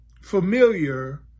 familiar